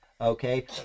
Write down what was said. Okay